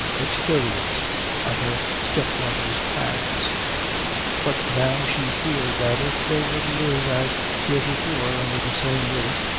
experienced at her step-daughter's hands but now she feared that, if they were to live, as heretofore, under the same roof,